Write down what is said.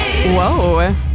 Whoa